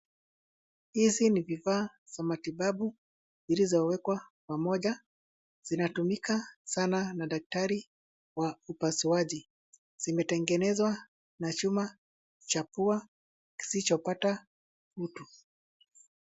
Hizi ni vifaa vya matibabu zilizowekwa pamoja na zinatumika sana na daktari wa upasuaji. Zimetengenezwa na chuma cha pua kisichopata kutu.